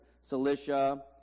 Cilicia